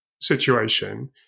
situation